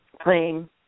playing